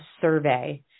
survey